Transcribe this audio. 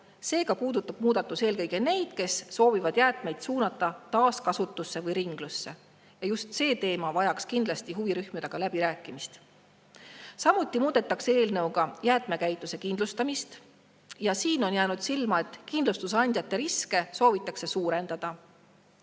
Seega puudutab muudatus eelkõige neid, kes soovivad jäätmeid suunata taaskasutusse või ringlusse. Just see teema vajaks kindlasti huvirühmadega läbi rääkimist. Samuti muudetakse eelnõuga jäätmekäitluse kindlustamist. Siin on jäänud silma, et kindlustusandjate riske soovitakse suurendada,